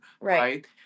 right